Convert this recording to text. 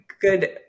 good